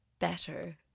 better